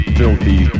filthy